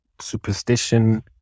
superstition